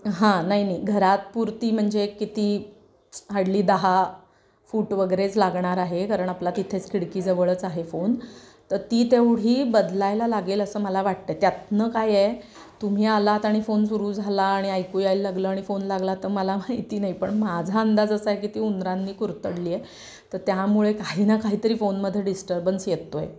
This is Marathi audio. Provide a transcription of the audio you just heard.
हां नाही नाही घरात पुरती म्हणजे किती हार्डली दहा फूट वगैरेच लागणार आहे कारण आपला तिथेच खिडकीजवळच आहे फोन तर ती तेवढी बदलायला लागेल असं मला वाटतं त्यातून काय आहे तुम्ही आलात आणि फोन सुरू झाला आणि ऐकू यायला लागलं आणि फोन लागला तर मला माहिती नाही पण माझा अंदाज असा आहे की ती उंदरांनी कुरतडली आहे तर त्यामुळे काही ना काही तरी फोनमध्ये डिस्टर्बन्स येतो आहे